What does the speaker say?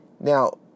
Now